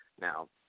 Now